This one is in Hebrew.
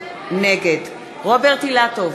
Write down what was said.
נגד רוברט אילטוב,